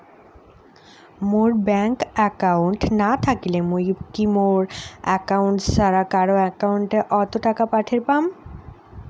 মোর bank account না থাকিলে মুই কি মোর একাউন্ট ছাড়া কারো একাউন্ট অত টাকা পাঠের পাম?